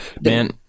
Man